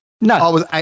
No